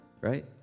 right